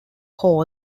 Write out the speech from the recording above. hall